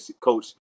Coach